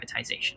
privatization